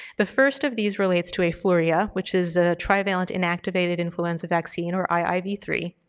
the first of these relates to afluria, which is a trivalent inactivated influenza vaccine or i i v three.